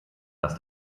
dass